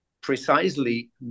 precisely